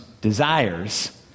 desires